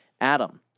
Adam